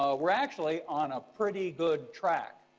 ah we're actually on a pretty good track.